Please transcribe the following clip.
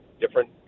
different